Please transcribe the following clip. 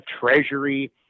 treasury